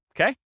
okay